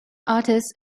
artists